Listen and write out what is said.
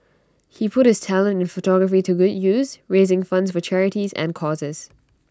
he put his talent in photography to good use raising funds for charities and causes